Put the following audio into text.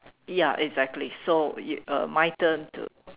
ya exactly so uh my turn to